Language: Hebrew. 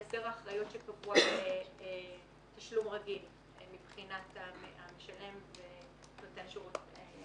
להסדר האחריות שקבוע בתשלום רגיל מבחינת המשלם ונותן שירות.